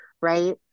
right